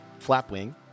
Flapwing